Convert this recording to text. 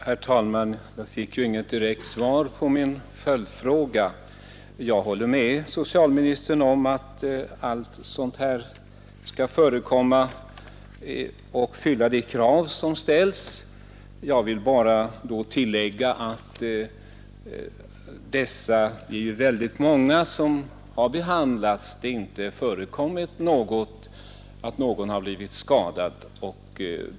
Herr talman! Jag fick inget direkt svar på min följdfråga. Jag håller med socialministern om att sådana här prövningar skall göras och att läkemedlen skall fylla de krav som ställs. Jag vill bara tillägga att det bland alla dem som har behandlats med THX — det är väldigt många — inte förekommit att någon blivit skadad.